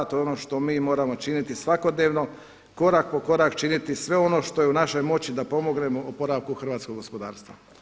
To je ono što mi moramo činiti svakodnevno, korak po korak činiti sve ono što je u našoj moći da pomognemo oporavku hrvatskog gospodarstva.